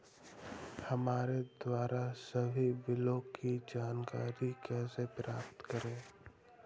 हमारे द्वारा सभी बिलों की जानकारी कैसे प्राप्त करें?